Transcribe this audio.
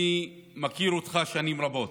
אני מכיר אותך שנים רבות,